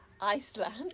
Iceland